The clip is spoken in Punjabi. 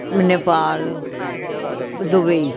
ਮ ਨੇਪਾਲ ਦੁਬਈ